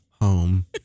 Home